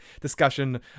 discussion